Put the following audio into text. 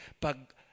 pag